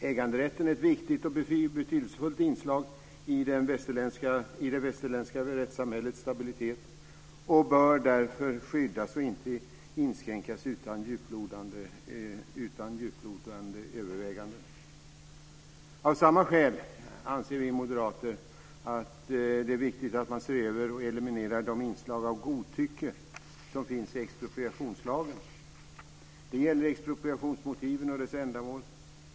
Äganderätten är ett viktigt och betydelsefullt inslag i det västerländska rättssamhällets stabilitet och bör därför skyddas och inte inskränkas utan djuplodande överväganden. Av samma skäl anser vi moderater att det är viktigt att se över och eliminera de inslag av godtycke som finns i expropriationslagen. Det gäller expropriationsmotiven och deras ändamål.